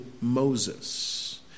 moses